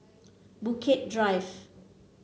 Bukit Drive